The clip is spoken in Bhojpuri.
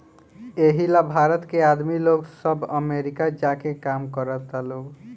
एही ला भारत के आदमी लोग सब अमरीका जा के काम करता लोग